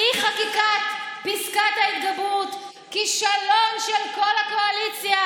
"אי-חקיקת פסקת ההתגברות, כישלון של כל הקואליציה"